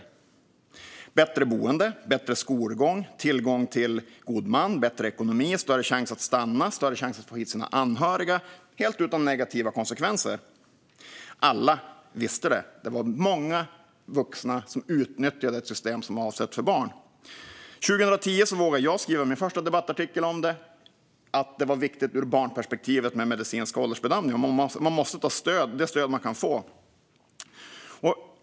Det handlade om bättre boende, bättre skolgång, tillgång till god man, bättre ekonomi, större chans att få stanna, större chans att få hit sina anhöriga - helt utan negativa konsekvenser. Alla visste det: Det var många vuxna som utnyttjade ett system som var avsett för barn. Jag vågade 2010 skriva min första debattartikel om att det ur barnperspektivet var viktigt med medicinska åldersbedömningar. Man måste ta det stöd man kan få.